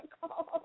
call